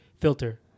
filter